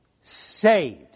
saved